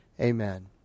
amen